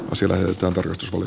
se levittää pressun